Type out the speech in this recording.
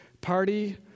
party